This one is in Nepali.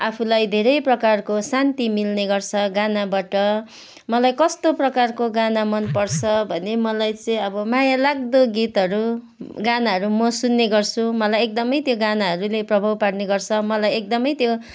आफूलाई धेरै प्रकारको शान्ति मिल्ने गर्छ गानाबाट मलाई कस्तो प्रकारको गाना मन पर्छ भने मलाई चाहिँ अब माया लाग्दो गीतहरू गानाहरू म सुन्ने गर्छु मलाई एकदमै त्यो गानाहरूले प्रभाव पार्ने गर्छ मलाई एकदमै त्यो